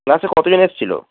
ক্লাসে কতজন এসেছিলো